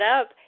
up